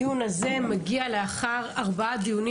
הדיון הזה מגיע לאחר ארבעה דיונים,